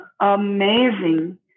amazing